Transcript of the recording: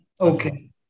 Okay